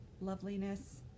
loveliness